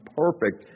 perfect